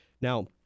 Now